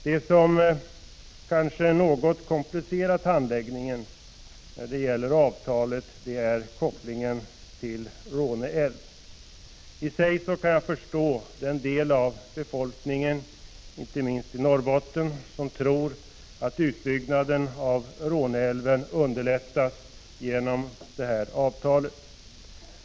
Det som kanske något komplicerat handläggningen när det gäller avtalet är kopplingen till Råneälven. Jag kan i och för sig förstå den del av befolkningen, inte minst i Norrbotten, som tror att utbyggnaden av Råneälven underlättas genom detta avtal.